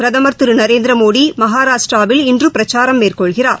பிரதமர் திருநரேந்திரமோடிமகராஷ்ட்ராவில் இன்றுபிரச்சாரம் மேற்கொள்கிறார்